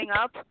up